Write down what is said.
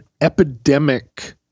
epidemic